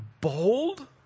Bold